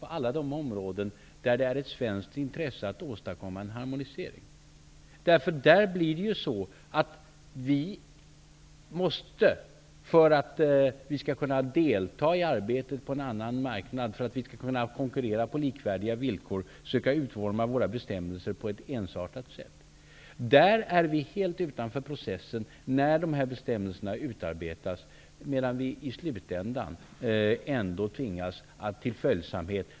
På alla de områden där det är av svenskt intresse att åstadkomma en harmonisering måste vi, för att kunna delta i arbetet på en annan marknad, för att vi skall kunna konkurrera på likvärdiga villkor, söka utforma våra bestämmelser på ett ensartat sätt. Där är vi helt utanför processen när de här bestämmelserna utarbetas, medan vi i slutänden ändå tvingas till följsamhet.